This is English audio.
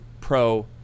pro